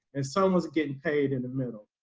and someone was getting paid in the middle.